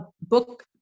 book